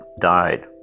died